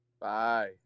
Bye